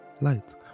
light